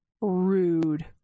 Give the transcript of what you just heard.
rude